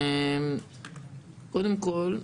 קודם כול,